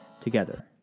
together